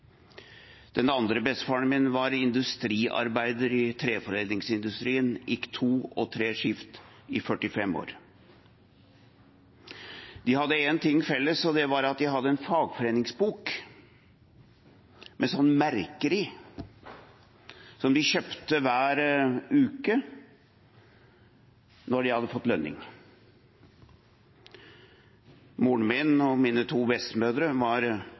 Den andre bestefaren min var industriarbeider i treforedlingsindustrien og gikk to og tre skift i 45 år. De hadde én ting felles, og det var at de hadde en fagforeningsbok med merker i, som de kjøpte hver uke når de hadde fått lønning. Moren min og mine to bestemødre var